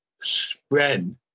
spread